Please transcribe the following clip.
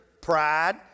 pride